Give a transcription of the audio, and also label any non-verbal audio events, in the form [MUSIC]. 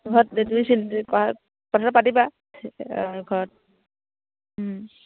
ঘৰত [UNINTELLIGIBLE] কথাতো পাতিবা [UNINTELLIGIBLE] ঘৰত